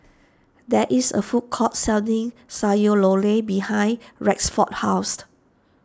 there is a food court selling Sayur Lodeh behind Rexford's house